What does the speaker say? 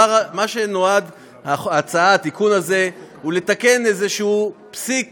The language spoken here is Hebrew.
ההצעה נועדה, התיקון הזה הוא לתקן איזה פסיק